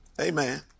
Amen